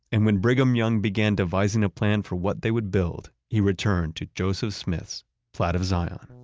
and when brigham young began devising a plan for what they would build, he returned to joseph smith's plat of zion.